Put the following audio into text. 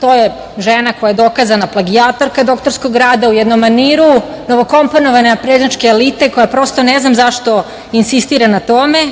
To je žena koja je dokazana plagijatorka doktorskog rada u jednom maniru novokomponovane naprednjačke elite koja, prosto ne znam zašto insistira na tome,